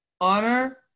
honor